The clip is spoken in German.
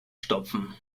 stopfen